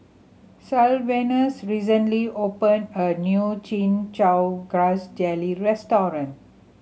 Sylvanus recently opened a new Chin Chow Grass Jelly restaurant